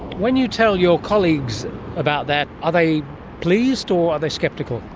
when you tell your colleagues about that, are they pleased or are they sceptical?